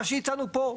מה שאיתנו פה,